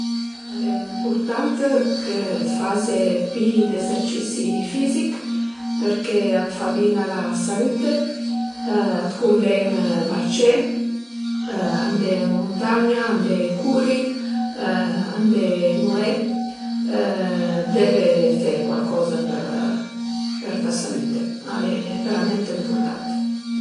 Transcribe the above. Al e ëmpurtant chë t'faze pi d'esercisi fisich përché a të fa bin a la salütte, a të cunven marcé, andé ën muntagna, andé curi, andé nué, deve fe cualcoza për ta salütte, al e veramènt ëmpurtant